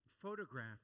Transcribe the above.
photograph